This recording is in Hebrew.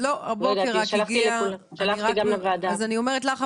אני אומרת לך,